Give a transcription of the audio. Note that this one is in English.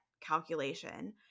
calculation